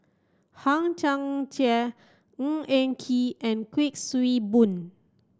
Hang Chang Chieh Ng Eng Kee and Kuik Swee Boon